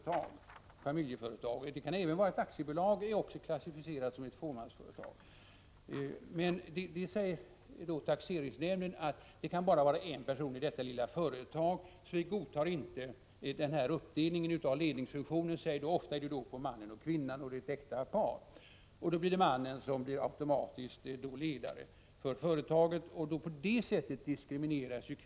Vanligen är det ett familjeföretag, men även ett aktiebolag kan klassificeras som fåmansföretag. Taxeringsnämnderna däremot säger att det bara kan vara en person i ledningen för ett sådant litet företag och godtar därför inte en uppdelning av ledningsfunktionen. Ofta är det fråga om en uppdelning mellan mannen och kvinnan i ett äkta par. När denna uppdelning inte accepteras blir mannen automatiskt ledare för företaget. På det sättet diskrimineras kvinnan.